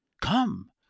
come